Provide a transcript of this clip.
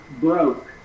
broke